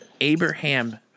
abraham